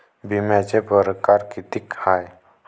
बिम्याचे परकार कितीक हाय?